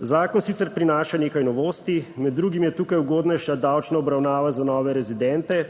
Zakon sicer prinaša nekaj novosti. Med drugim je tukaj ugodnejša davčna obravnava za nove rezidente